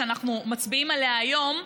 שאנחנו מצביעים עליה היום,